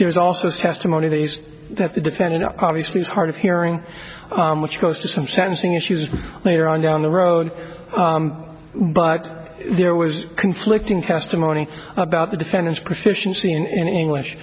there's also testimony that is that the defendant obviously is hard of hearing which goes to some sensing issues later on down the road but there was conflicting testimony about the defendant's proficiency in english